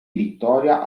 vittoria